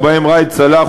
ובהם ראאד סלאח,